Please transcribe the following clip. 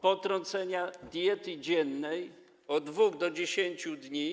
potrącenia diety dziennej - od 2 do 10 dni.